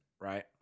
right